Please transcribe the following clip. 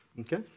Okay